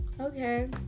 Okay